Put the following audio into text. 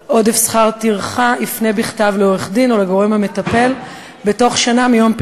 על שכר הטרחה אשר ניתן לגבות בעד טיפול בתביעות לקבלת תגמולים לפי